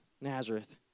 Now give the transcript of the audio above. Nazareth